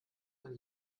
man